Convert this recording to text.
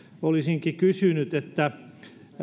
olisinkin kysynyt